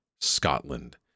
Scotland